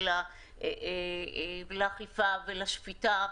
לאכיפה ולשפיטה,